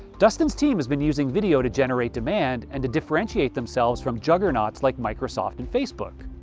dustin's team has been using video to generate demand and to differentiate themselves from juggernauts like microsoft and facebook.